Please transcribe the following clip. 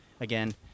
Again